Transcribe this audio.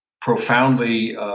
profoundly